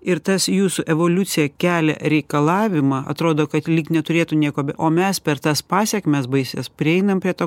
ir tas jūsų evoliucija kelia reikalavimą atrodo kad lyg neturėtų nieko be o mes per tas pasekmes baisias prieinam prie to